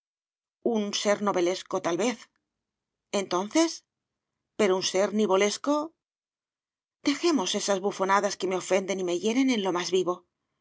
un ser novelesco tal vez entonces pero un ser nivolesco dejemos esas bufonadas que me ofenden y me hieren en lo más vivo